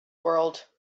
world